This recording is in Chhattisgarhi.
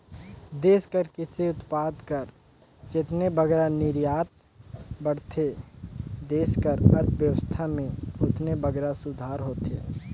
देस कर किरसी उत्पाद कर जेतने बगरा निरयात बढ़थे देस कर अर्थबेवस्था में ओतने बगरा सुधार होथे